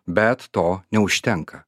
bet to neužtenka